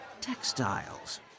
textiles